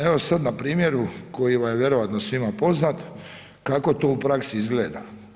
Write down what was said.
Evo sad na primjeru koji vam je vjerojatno svima poznat kako to u praksi izgleda.